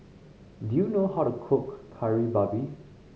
do you know how to cook Kari Babi